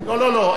לא, לא.